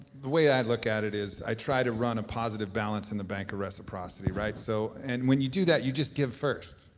the way i look at it is i try to run a positive balance in the bank of reciprocity, right? so and when you do that, you just give first.